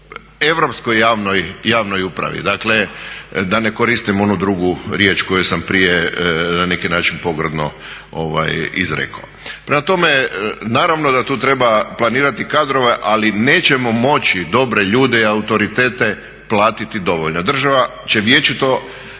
europskoj javnoj upravi. Dakle, da ne koristim onu drugu riječ koju sam prije na neki način pogrdno izrekao. Prema tome, naravno da tu treba planirati kadrove ali nećemo moći dobre ljude i autoritet platiti dovoljno, država će vječito